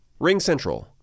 RingCentral